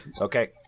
Okay